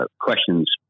questions